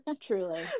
Truly